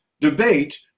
debate